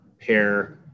pair